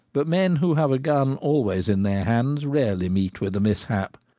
but men who have a gun always in their hands rarely meet with a mishap.